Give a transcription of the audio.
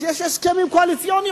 וכשיש הסכמים קואליציוניים,